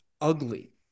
ugly